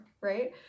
right